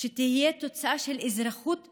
שתהיה תוצאה של אזרחות שווה.